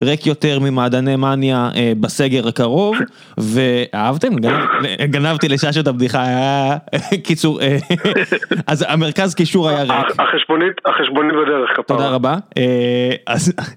ריק יותר ממעדני מניה בסגר הקרוב, ו...אהבתם? גנבתי לשה שה את הבדיחה, היה... קיצור, אז המרכז קישור היה רע. החשבונית החשבונית בדרך כפרה. תודה רבה.